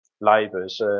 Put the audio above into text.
labours